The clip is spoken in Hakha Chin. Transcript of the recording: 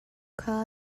kha